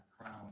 crown